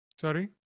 Sorry